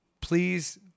Please